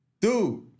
Dude